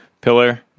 pillar